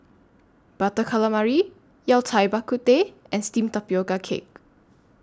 Butter Calamari Yao Cai Bak Kut Teh and Steamed Tapioca Cake